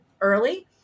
early